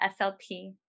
SLP